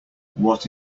what